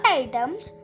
items